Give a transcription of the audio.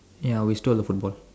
ya we stole a football